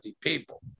people